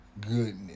goodness